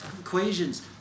equations